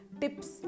tips